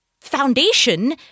foundation